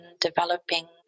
developing